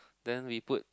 then we put